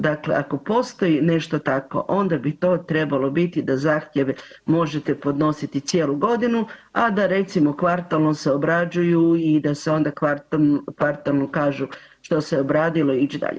Dakle, ako postoji nešto tako onda bi to trebalo biti da zahtjeve možete podnositi cijelu godinu, a da recimo kvartalno se obrađuju i da se onda kvartalno kaže što se obradilo i ić dalje.